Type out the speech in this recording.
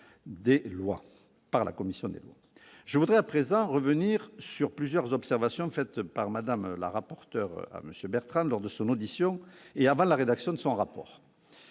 commission par la commission des lois. Je voudrais à présent revenir sur plusieurs observations faites par Mme la rapporteur à Alain Bertrand, lors de son audition, avant la rédaction de son rapport.